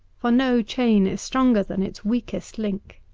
for no chain is stronger than its weakest link.